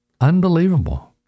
unbelievable